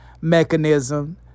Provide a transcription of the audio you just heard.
mechanism